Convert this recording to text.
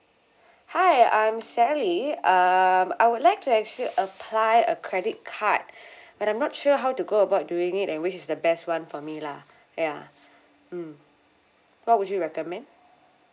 hi I'm sally um I would like to actually apply a credit card but I'm not sure how to go about doing it then which is the best one for me lah ya mm what would you recommend